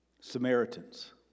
Samaritans